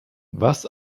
was